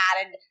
added